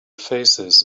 faces